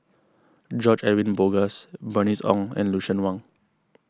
George Edwin Bogaars Bernice Ong and Lucien Wang